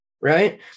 Right